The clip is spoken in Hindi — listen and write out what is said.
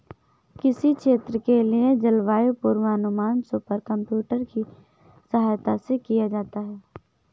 किसी क्षेत्र के लिए जलवायु पूर्वानुमान सुपर कंप्यूटर की सहायता से किया जाता है